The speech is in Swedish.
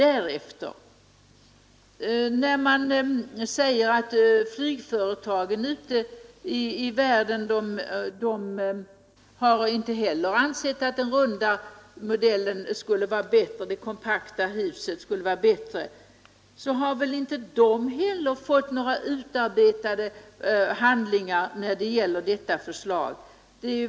Sedan säger man att flygföretagen ute i världen inte heller har ansett Nr 143 att den runda modellen, det kompakta huset, skulle vara bättre. De har Torsdagen den väl inte heller fått några utarbetade handlingar när det gäller detta 14 december 1972 förslag.